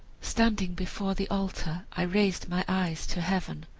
standing before the altar i raised my eyes to heaven.